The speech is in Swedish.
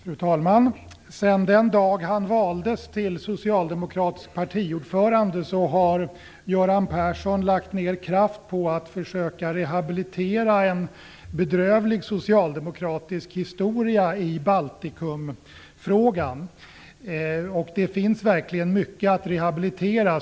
Fru talman! Sedan den dag han valdes till socialdemokratisk partiordförande har Göran Persson lagt ned kraft på att försöka rehabilitera en bedrövlig socialdemokratisk historia i Baltikumfrågan. Det finns verkligen mycket att rehabilitera.